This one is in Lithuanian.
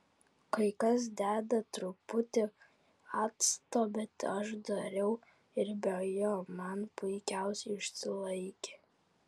kai kas deda truputį acto bet aš dariau ir be jo man puikiausiai išsilaikė